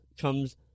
comes